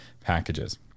packages